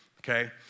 okay